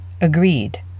Agreed